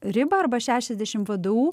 ribą arba šešiasdešim vdu